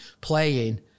playing